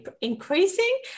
increasing